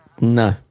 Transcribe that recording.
No